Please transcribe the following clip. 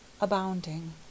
abounding